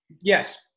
yes